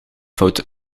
foute